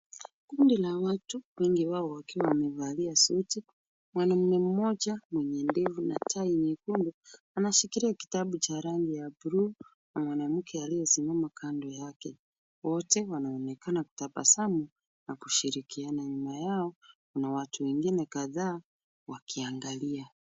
Kundi la watu wengi wao wakiwa wamevalia suti. Mwanaume mmoja mwenye ndevu na tai nyekundu anashikilia kitabu cha rangi ya blue na mwanamke aliyesimama kando yake. Wote wanaonekana kutabasamu na kushirikiana. Nyuma yao kuna watu wengi kadhaa wakiangalia.